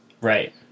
Right